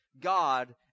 God